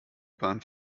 bahn